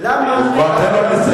על הדוכן,